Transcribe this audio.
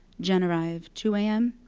jen arrived. two am?